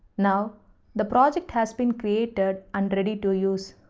now the project has been created and ready to use.